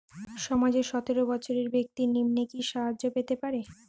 সমাজের সতেরো বৎসরের ব্যাক্তির নিম্নে কি সাহায্য পেতে পারে?